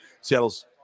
seattle's